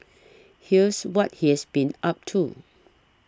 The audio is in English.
here's what he's been up to